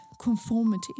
conformity